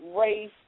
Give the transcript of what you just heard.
Race